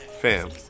Fam